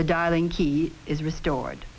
the dialing key is restored